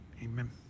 Amen